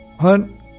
Hunt